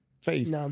face